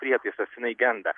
prietaisas jinai genda